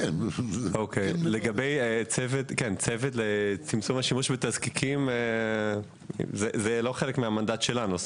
לגבי צוות צמצום השימוש בתזקיקים זה לא חלק מהמנדט שלנו.